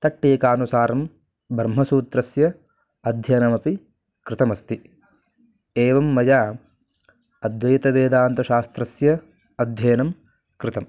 तट्टीकानुसारं ब्रह्मसूत्रस्य अध्ययनमपि कृतमस्ति एवं मया अद्वैतवेदान्तशास्त्रस्य अध्ययनं कृतम्